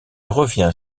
revient